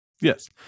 Yes